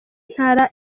ntara